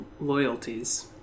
loyalties